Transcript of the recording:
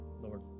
Lord